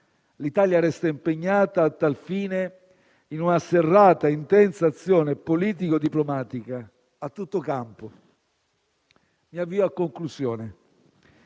L'Italia resta impegnata a tal fine in una serrata e intensa azione politico-diplomatica a tutto campo. Mi avvio alla conclusione.